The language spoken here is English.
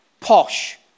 posh